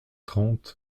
trente